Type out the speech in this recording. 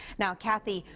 now, cathy,